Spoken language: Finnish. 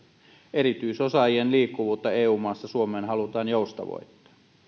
erityisosaajien liikkuvuutta eu maista suomeen halutaan joustavoittaa